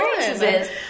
experiences